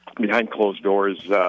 behind-closed-doors